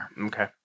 Okay